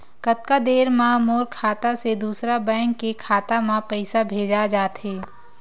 कतका देर मा मोर खाता से दूसरा बैंक के खाता मा पईसा भेजा जाथे?